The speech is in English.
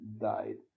died